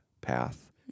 path